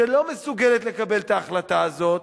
שלא מסוגלת לקבל את ההחלטה הזאת,